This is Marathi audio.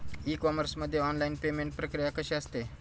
ई कॉमर्स मध्ये ऑनलाईन पेमेंट प्रक्रिया कशी असते?